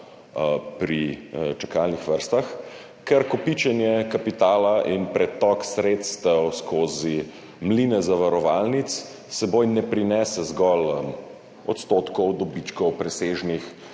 pri čakalnih vrstah? Ker kopičenje kapitala in pretok sredstev skozi mline zavarovalnic s seboj ne prineseta zgolj odstotkov dobičkov, presežnih